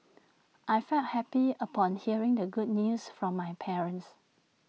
I felt happy upon hearing the good news from my parents